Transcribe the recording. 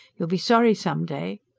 you'll be sorry some day.